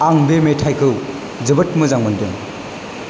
आं बे मेथाइखौ जोबोद मोजां मोन्दों